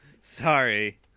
Sorry